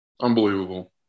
Unbelievable